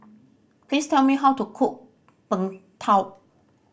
please tell me how to cook Png Tao